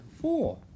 four